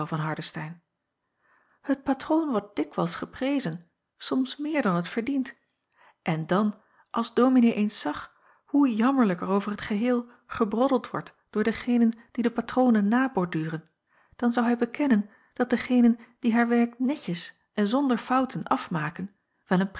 van hardestein het patroon wordt dikwijls geprezen soms meer dan het verdient en dan als dominee eens zag hoe jammerlijk er over t geheel gebroddeld wordt door degenen die de patronen naborduren dan zou hij bekennen dat degenen die haar werk netjes en zonder fouten afmaken wel een